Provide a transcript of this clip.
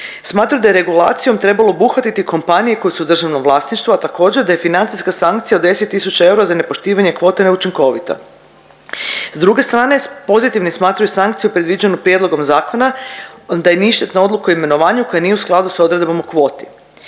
Smatra da je regulacijom trebalo obuhvatiti kompanije koje su u državnom vlasništvu, a također da je financijska sankcija od 10 tisuća eura za nepoštivanje kvote neučinkovita. S druge strane pozitivnim smatraju sankciju predviđenu prijedlogom zakona da je ništetna odluka o imenovanju koja nije u skladu s odredbom o kvoti.